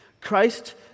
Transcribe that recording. Christ